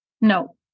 No